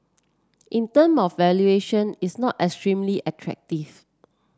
in term of valuation it's not extremely attractive